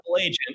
Agent